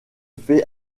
fait